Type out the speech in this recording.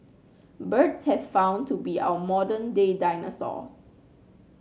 birds have found to be our modern day dinosaurs